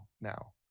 now